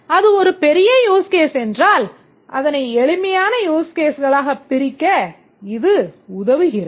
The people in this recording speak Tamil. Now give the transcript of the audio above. அது ஒரு பெரிய use case என்றால் அதனை எளிமையான use caseகளாகப் பிரிக்க இது உதவுகிறது